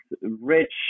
rich